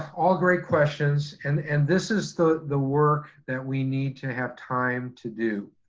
all great questions. and and this is the the work that we need to have time to do.